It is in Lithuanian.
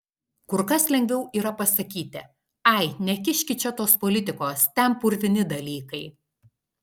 kur kas lengviau yra pasakyti ai nekiškit čia tos politikos ten purvini dalykai